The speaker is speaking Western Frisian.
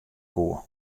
koe